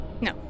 No